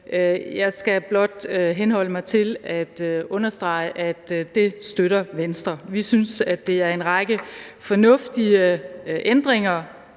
jeg skal blot henholde mig til at understrege, at det støtter Venstre. Vi synes, at det er en række fornuftige ændringer